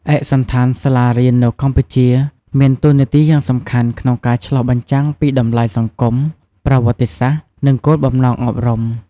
ឯកសណ្ឋានសាលារៀននៅកម្ពុជាមានតួនាទីយ៉ាងសំខាន់ក្នុងការឆ្លុះបញ្ចាំងពីតម្លៃសង្គម ប្រវត្តិសាស្ត្រ និងគោលបំណងអប់រំ។